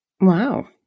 Wow